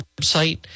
website